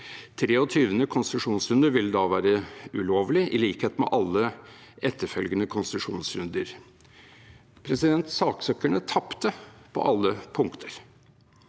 23. konsesjonsrunde vil da være ulovlig, i likhet med alle etterfølgende konsesjonsrunder. Saksøkerne tapte på alle punkter.